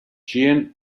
jean